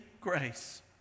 grace